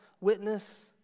witness